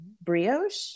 brioche